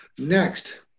Next